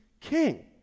king